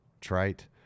trite